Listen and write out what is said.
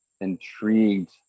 intrigued